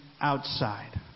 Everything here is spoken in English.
outside